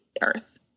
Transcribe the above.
earth